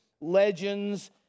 legends